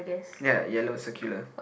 ya yellow circular